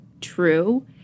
true